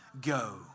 go